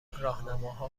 راهنماها